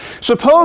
Suppose